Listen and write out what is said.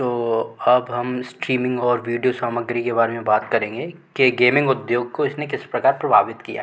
तो आज हम स्ट्रीमिंग और विडियो सामग्री के बारे में बात करेंगे कि गेमिंग उद्योग को इस ने किस प्रकार प्रभावित किया है